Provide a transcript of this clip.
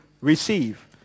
receive